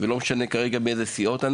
זה לא משנה כרגע מאיזה סיעות,